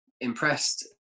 impressed